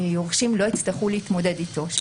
שהיורשים לא יצטרכו להתמודד איתו,